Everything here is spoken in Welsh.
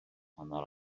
hanner